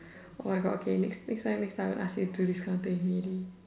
oh my god okay next time next time I won't ask you to do this type of things with me already